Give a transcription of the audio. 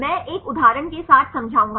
मैं एक उदाहरण के साथ समझाऊंगा